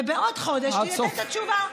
ובעוד חודש תיתן את התשובה.